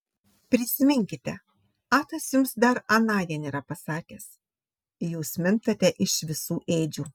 prisiminkite atas jums dar anądien yra pasakęs jūs mintate iš visų ėdžių